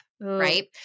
right